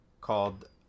called